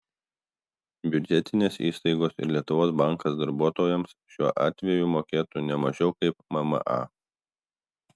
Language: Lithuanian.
biudžetinės įstaigos ir lietuvos bankas darbuotojams šiuo atveju mokėtų ne mažiau kaip mma